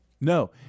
No